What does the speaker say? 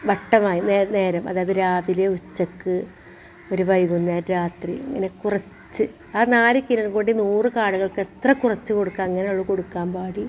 വട്ടമായി നേരം നേരം അതായത് രാവിലെ ഉച്ചക്ക് ഒരു വൈകുന്നേരം രാത്രി അങ്ങനെ കുറച്ച് ആ നാല് കിലോ പൊടി നൂറ് കാടകൾക്ക് എത്ര കുറച്ച് കൊടുക്കാൻ അങ്ങനെ ആണ് കൊടുക്കാൻ പാട്